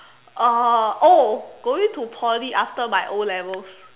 uh oh going to Poly after my O-levels